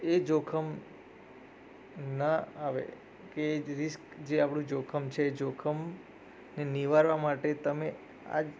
એ જોખમ ના આવે કે રિસ્ક જે આપણું જોખમ છે જોખમને નિવારવા માટે તમે આ